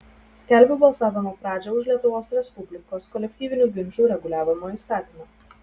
skelbiu balsavimo pradžią už lietuvos respublikos kolektyvinių ginčų reguliavimo įstatymą